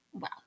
Wow